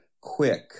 quick